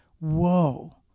Whoa